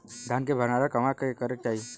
धान के भण्डारण कहवा करे के चाही?